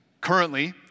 Currently